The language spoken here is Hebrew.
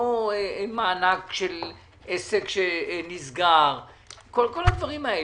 לא מענק של עסק שנסגר וכל הדברים האלה.